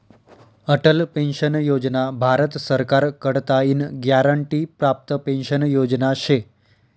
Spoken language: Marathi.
अटल पेंशन योजना भारत सरकार कडताईन ग्यारंटी प्राप्त पेंशन योजना शे